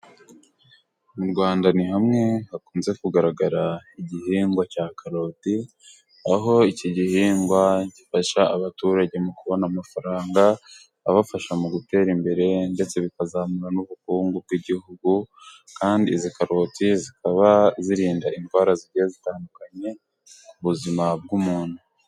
Mu Rwanda ni hamwe hakunze kugaragara igihingwa cya karoti, aho iki gihingwa gifasha abaturage mu kubona amafaranga abafasha mu gutera imbere, ndetse bikazamura n'ubukungu bw'igihugu. Kandi izi karoti zikaba zirinda indwara zigiye zitandukanye ku buzima bw'umuntu.